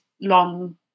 long